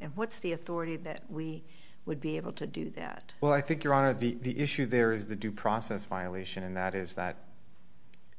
and what's the authority that we would be able to do that well i think the issue there is the due process violation and that is that